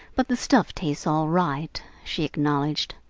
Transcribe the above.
but the stuff tastes all right, she acknowledged.